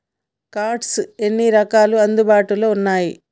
Cards ఎన్ని రకాలు అందుబాటులో ఉన్నయి?